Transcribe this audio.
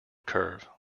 curve